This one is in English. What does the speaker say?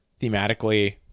thematically